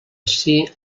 ací